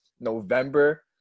November